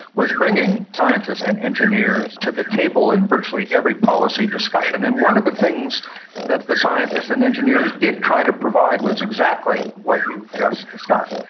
was bringing scientists and engineers to the table in virtually every policy discussion. and one of the things that the scientists and engineers did try to provide was exactly what you've just discussed,